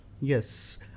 Yes